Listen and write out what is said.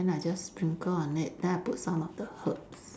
then I just sprinkle on it then I put some of the herbs